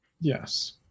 Yes